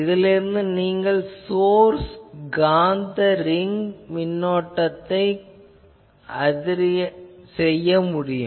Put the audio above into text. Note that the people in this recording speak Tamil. இதிலிருந்து நீங்கள் சோர்ஸ் காந்த ரிங் மின்னோட்டத்தை மாதிரியாக செய்ய முடியும்